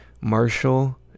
Marshall